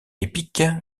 epic